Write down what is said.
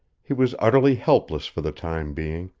he was utterly helpless for the time being,